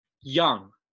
Young